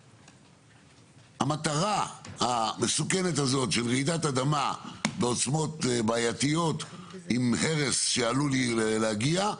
המטרה המסוכנת הזאת של רעידת אדמה בעוצמות בעייתיות עם הרס שעלול להגיע,